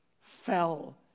fell